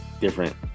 different